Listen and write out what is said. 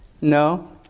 No